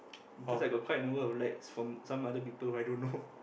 because I got quite a number of likes from some other people I don't know